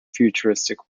futuristic